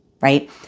right